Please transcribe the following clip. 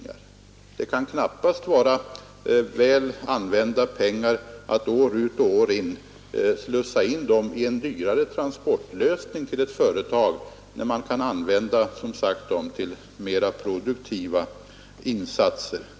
Det kan knappast vara riktigt att år efter år slussa in pengar i en dyrare transportlösning för ett företag när pengarna som sagt kan användas till mera produktiva insatser.